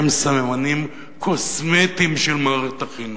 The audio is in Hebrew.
הם סממנים קוסמטיים של מערכת החינוך.